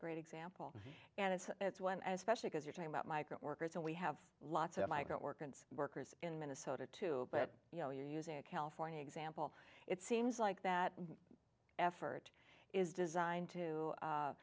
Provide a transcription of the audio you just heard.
great example and it's it's one as specially because you're talking about migrant workers and we have lots of migrant worker workers in minnesota too but you know using a california example it seems like that effort is designed to